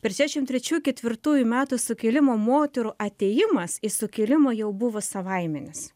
per šešiasdešim trečių ketvirtųjų metų sukilimą moterų atėjimas į sukilimą jau buvo savaiminis